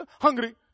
hungry